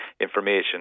information